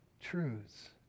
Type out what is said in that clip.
truths